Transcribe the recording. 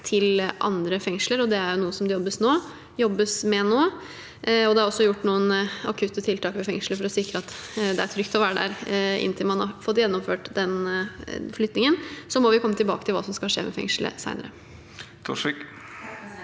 til andre fengsler. Det er noe det jobbes med nå. Det er også gjort noen akutte tiltak ved fengslet for å sikre at det er trygt å være der inntil man har fått gjennomført den flyttingen. Så må vi komme tilbake til hva som skal skje med fengselet senere.